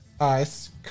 ice